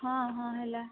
ହଁ ହଁ ହେଲା